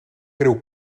greu